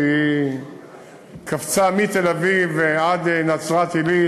שקפצה מתל-אביב עד נצרת-עילית,